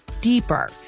deeper